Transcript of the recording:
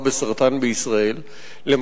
בסרטן בישראל במהלך שנות האלפיים,